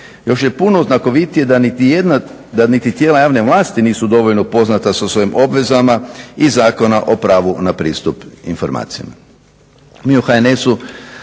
Još je puno znakovitije da niti tijela javne vlasti nisu dovoljno upoznata sa svojim obvezama iz Zakona o pravu na pristup informacijama.